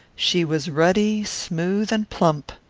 she was ruddy, smooth, and plump.